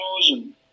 chosen